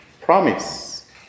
promise